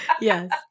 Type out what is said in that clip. Yes